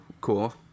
cool